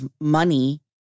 money